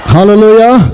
Hallelujah